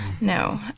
No